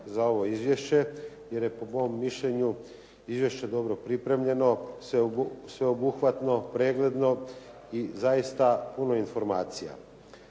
za ovo izvješće, jer je po mom mišljenju izvješće dobro pripremljeno, sveobuhvatno, pregledno i zaista puno informacija.